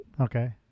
Okay